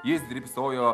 jis drybsojo